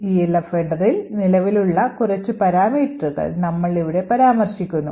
ELF ഹെഡറിൽ നിലവിലുള്ള കുറച്ച് പാരാമീറ്ററുകൾ നമ്മൾ ഇവിടെ പരാമർശിക്കുന്നു